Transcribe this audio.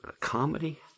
comedy